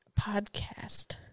Podcast